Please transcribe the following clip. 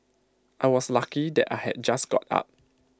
I was lucky that I had just got up